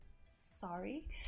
sorry